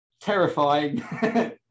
terrifying